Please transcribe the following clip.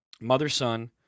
mother-son